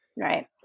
Right